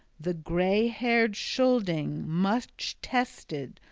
the gray-haired scylding, much tested,